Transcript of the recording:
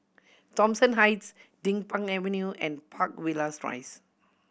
Thomson Heights Din Pang Avenue and Park Villas Rise